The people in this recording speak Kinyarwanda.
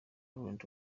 rolland